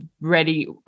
ready